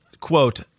quote